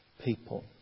people